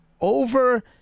over